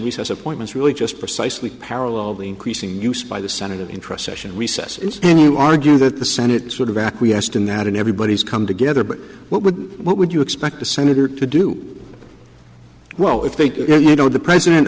recess appointments really just precisely parallel the increasing use by the senate of interest session recess ins and you argue that the senate sort of acquiesced in that in everybody's come together but what would what would you expect the senator to do well if they can you know the president